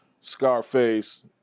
Scarface